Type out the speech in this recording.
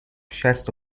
شصت